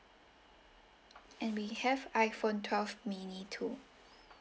and we have iphone twelve mini too